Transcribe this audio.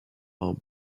are